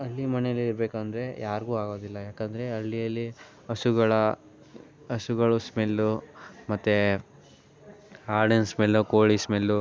ಹಳ್ಳಿ ಮನೆಯಲ್ಲಿ ಇರಬೇಕಂದ್ರೆ ಯಾರಿಗೂ ಆಗೋದಿಲ್ಲ ಯಾಕಂತ ಅಂದ್ರೆ ಹಳ್ಳಿಯಲ್ಲಿ ಹಸುಗಳ ಹಸುಗಳು ಸ್ಮೆಲ್ಲು ಮತ್ತು ಆಡಿನ ಸ್ಮೆಲ್ಲು ಕೋಳಿ ಸ್ಮೆಲ್ಲು